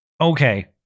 Okay